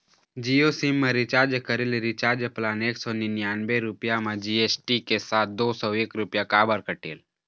Jio SIM मा recharge करे ले रिचार्ज प्लान एक सौ निन्यानबे रुपए मा जी.एस.टी के साथ दो सौ एक रुपया काबर कटेल?